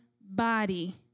body